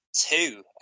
two